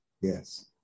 yes